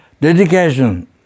dedication